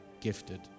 gifted